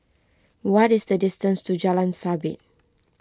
what is the distance to Jalan Sabit